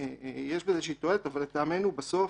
יש בזה איזושהי תועלת, אבל לטעמנו בסוף